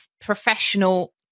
professional